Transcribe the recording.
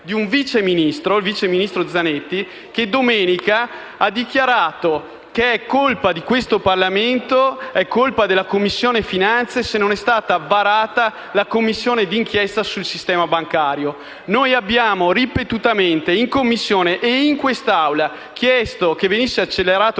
di un Vice Ministro, il vice ministro Zanetti, che domenica ha dichiarato che è colpa di questo Parlamento ed è colpa della Commissione finanze se non è stata varata una Commissione d'inchiesta sul sistema bancario. Noi abbiamo ripetutamente chiesto, in Commissione e in quest'Aula, che venisse accelerato